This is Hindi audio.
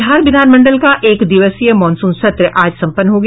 बिहार विधानमंडल का एक दिवसीय मॉनसून सत्र आज सम्पन्न हो गया